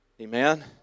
amen